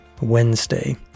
Wednesday